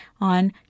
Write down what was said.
on